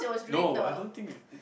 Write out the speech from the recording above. no I don't think it it